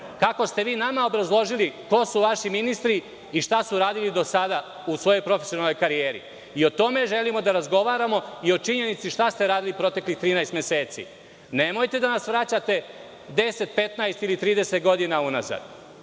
kako ste vi nama obrazložili ko su vaši ministri išta su radili do sada u svojoj profesionalnoj karijeri, i o tome želimo da razgovaramo i o činjenici šta ste radili proteklih 12 meseci. Nemojte da nas vraćate 10, 15 ili 30 godina unazad.